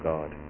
God